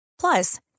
Plus